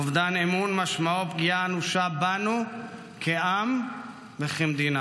אובדן אמון משמעו פגיעה אנושה בנו כעם וכמדינה.